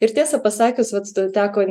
ir tiesą pasakius vats ta teko